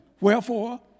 Wherefore